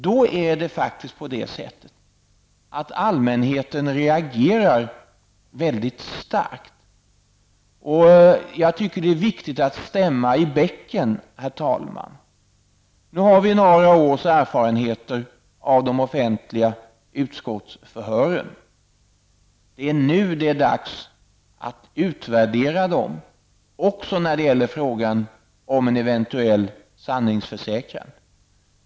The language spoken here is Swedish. Då reagerar allmänheten faktiskt väldigt starkt. Jag tycker att det är viktigt att stämma i bäcken, herr talman. Nu har vi några års erfarenheter av de offentliga utskottsförhören. Det är nu dags att utvärdera dem, också när det gäller frågan om en eventuell sanningsförsäkran.